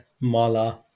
Mala